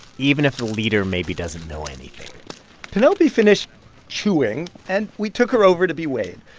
even if the leader maybe doesn't know anything penelope finished chewing, and we took her over to be weighed.